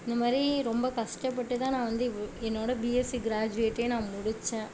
இந்த மாதிரி ரொம்ப கஷ்டப்பட்டு தான் நான் வந்து இவ் என்னோட பிஎஸ்சி கிராஜுவேட்டே நான் முடித்தேன்